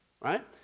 Right